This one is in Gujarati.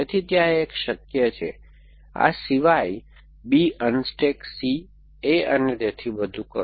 તેથી ત્યાં એ શક્ય હશે તેથી આ સિવાય b અનસ્ટૅક c a અને તેથી વધુ કરો